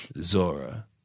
Zora